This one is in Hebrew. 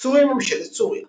סוריה ממשלת סוריה